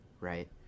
right